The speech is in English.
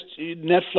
Netflix